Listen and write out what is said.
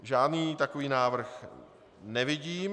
Žádný takový návrh nevidím.